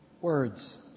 words